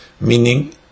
meaning